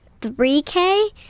3K